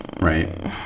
right